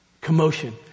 commotion